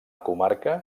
comarca